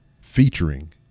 Featuring